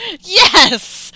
Yes